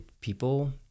people